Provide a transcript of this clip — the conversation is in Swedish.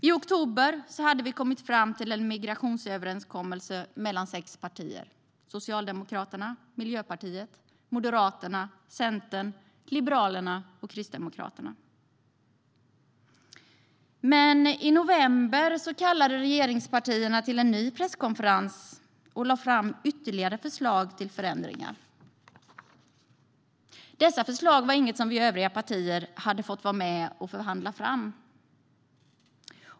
I oktober kom vi fram till en migrationsöverenskommelse mellan sex partier: Socialdemokraterna, Miljöpartiet, Moderaterna, Centerpartiet, Liberalerna och Kristdemokraterna. I november kallade regeringspartierna till en ny presskonferens och lade fram ytterligare förslag till förändringar. Dessa förslag var inget som vi övriga partier hade fått vara med och förhandla fram.